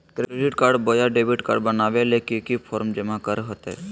Credit card बोया debit card बनाने ले की की फॉर्म जमा करे होते?